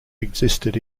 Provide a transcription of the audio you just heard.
existed